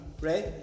right